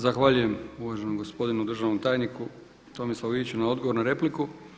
Zahvaljujem uvaženom gospodinu državnom tajniku Tomislavu Iviću na odgovoru na repliku.